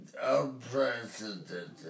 unprecedented